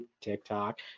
TikTok